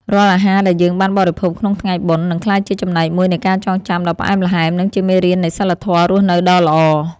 រាល់អាហារដែលយើងបានបរិភោគក្នុងថ្ងៃបុណ្យ នឹងក្លាយជាចំណែកមួយនៃការចងចាំដ៏ផ្អែមល្ហែម និងជាមេរៀននៃសីលធម៌រស់នៅដ៏ល្អ។